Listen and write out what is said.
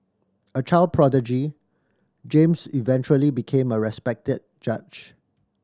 a child prodigy James eventually became a respected judge